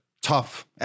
tough